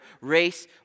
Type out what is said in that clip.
race